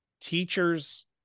teachers